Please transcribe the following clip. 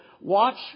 watch